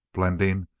blending,